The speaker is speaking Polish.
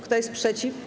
Kto jest przeciw?